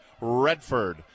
Redford